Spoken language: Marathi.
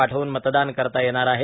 पाठवून मतदान करता येणार आहे